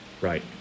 Right